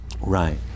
Right